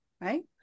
right